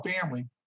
family